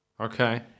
Okay